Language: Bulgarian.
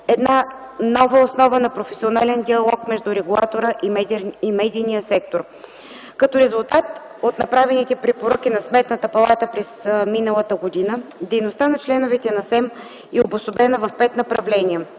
една нова основа на професионален диалог между регулатора и медийния сектор. Като резултат от направените препоръки на Сметната палата през миналата година дейността на членовете на СЕМ е обособена в пет направления: